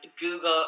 Google